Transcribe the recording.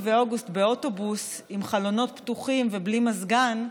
ואוגוסט באוטובוס עם חלונות פתוחים ובלי מזגן,